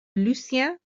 lucien